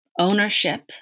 ownership